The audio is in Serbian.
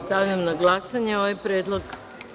Stavljam na glasanje ovaj predlog.